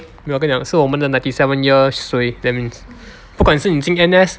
我跟你讲是我们的 ninety seven year suay that means 不管是你进 N_S